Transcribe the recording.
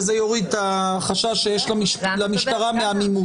וזה יוריד את החשש שיש למשטרה מעמימות.